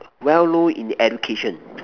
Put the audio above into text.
well known in education